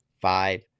five